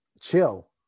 chill